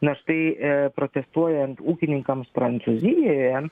nors tai ir protestuojant ūkininkams prancūzijoje